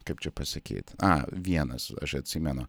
kaip čia pasakyt a vienas aš atsimenu